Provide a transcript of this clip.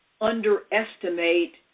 underestimate